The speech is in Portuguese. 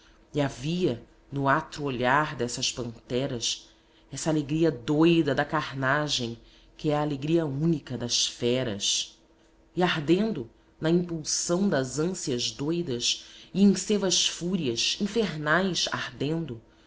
havia no atro olhar dessas panteras essa alegria doida da carnagem que é a alegria única das feras e ardendo na impulsão das ânsias doidas e em sevas fúrias infernais ardendo